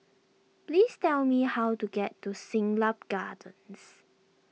please tell me how to get to Siglap Gardens